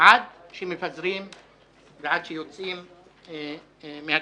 עד שמפזרים את הכנסת ויוצאים ממנה.